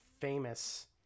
famous